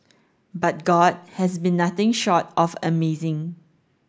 but God has been nothing short of amazing